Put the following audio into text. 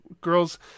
Girls